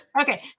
Okay